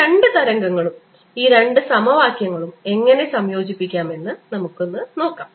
ഈ രണ്ട് തരംഗങ്ങളും ഈ രണ്ട് സമവാക്യങ്ങളും എങ്ങനെ സംയോജിപ്പിക്കാമെന്ന് നമുക്ക് നോക്കാം